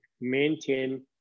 maintain